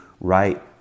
right